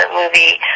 movie